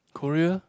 Korea